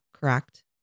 correct